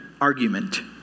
Argument